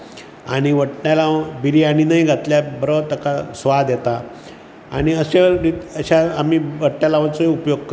आनी वट्टेलांव बिर्याणीनय घातल्यार बरो ताका स्वाद येता आनी अशेें आमी अशें आमी वट्टेलावाचो उपेग करता